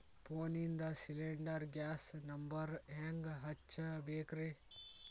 ಫೋನಿಂದ cylinder gas number ಹೆಂಗ್ ಹಚ್ಚ ಬೇಕ್ರಿ?